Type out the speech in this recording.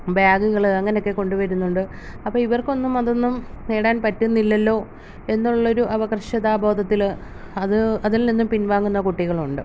ബാഗ്കൾ അങ്ങനൊക്കെ കൊണ്ടു വരുന്നുണ്ട് അപ്പോൾ ഇവർക്കൊന്നും അതൊന്നും നേടാൻ പറ്റുന്നില്ലല്ലോ എന്നുള്ളൊരു അപകർഷതാ ബോധത്തിൽ അത് അതിൽ നിന്ന് പിൻവാങ്ങുന്ന കുട്ടികളുണ്ട്